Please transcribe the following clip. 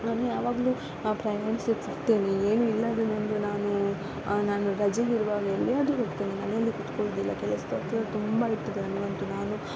ನಾನು ಯಾವಾಗಲೂ ಪ್ರಯಾಣಿಸುತ್ತೇನೆ ಏನು ಇಲ್ಲಾಂದ್ರೆ ನನಗೆ ನಾನು ನಾನು ರಜೆಯಲ್ಲಿರುವಾಗ ಎಲ್ಲಿಯಾದರೂ ಹೋಗ್ತೇನೆ ಮನೆಯಲ್ಲಿ ಕೂತ್ಕೊಳ್ಳೋದಿಲ್ಲ ಕೆಲಸದ ಒತ್ತಡ ತುಂಬ ಇರ್ತದೆ ನನಗಂತೂ ನಾನು